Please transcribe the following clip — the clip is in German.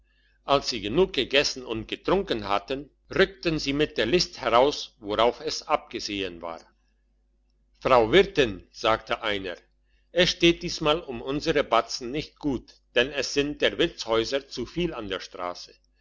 als sie genug gegessen und getrunken hatten rückten sie mit der list heraus worauf es abgesehen war frau wirtin sagte einer es steht diesmal um unsere batzen nicht gut denn es sind der wirtshäuser zu viele an der strasse